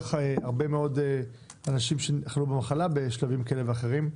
מכך הרבה מאוד אנשים שחלו במחלה בשלבים כאלה ואחרים.